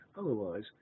Otherwise